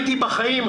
הייתי בחיים,